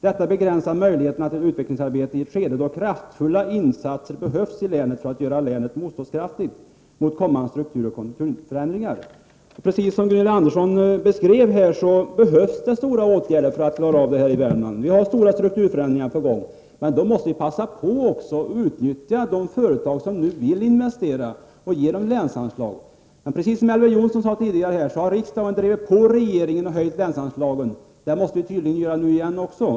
Detta begränsar möjligheterna till utvecklingsarbete i ett skede då kraftfulla insatser behövs i länet för att göra länet motståndskraftigt mot kommande strukturoch konjunkturförändringar.” Precis som Gunilla Andersson framhöll här behövs det kraftfulla åtgärder för att klara av detta i Värmland. Stora strukturförändringar är på gång. Då måste vi passa på att utnyttja de företag som nu vill investera och ge dem länsanslag. Precis som Elver Jonsson sade tidigare har riksdagen drivit på regeringen att höja länsanslagen. Det måste vi tydligen göra nu igen.